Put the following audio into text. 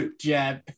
jab